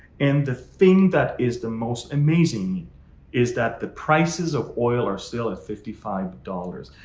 and the thing that is the most amazing is that the prices of oil are still at fifty five dollars.